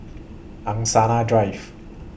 Angsana Drive